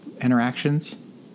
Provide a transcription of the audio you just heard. interactions